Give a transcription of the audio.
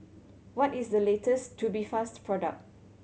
what is the latest Tubifast product